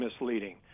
misleading